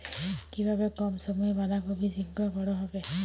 কিভাবে কম সময়ে বাঁধাকপি শিঘ্র বড় হবে?